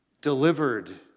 delivered